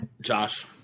Josh